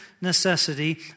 necessity